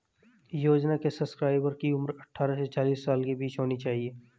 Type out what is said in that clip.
योजना के सब्सक्राइबर की उम्र अट्ठारह से चालीस साल के बीच होनी चाहिए